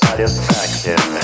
Satisfaction